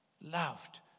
loved